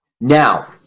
Now